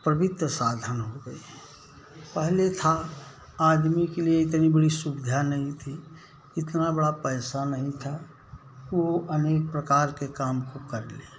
पवित्त साधन हो गए हैं पहले था आदमी के लिए इतनी बड़ी सुविधा नहीं थी इतना बड़ा पैसा नहीं था वो अनेक प्रकार के काम को कर ले